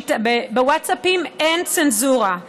ובווטסאפים אין צנזורה,